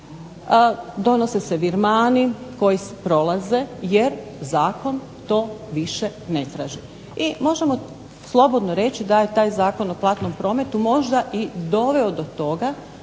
donose se virmani koji prolaze, jer zakon to više ne traži. I možemo slobodno reći da je taj Zakon o platnom prometu možda i doveo do toga